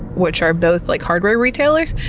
which are both like hardware retailers.